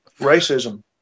Racism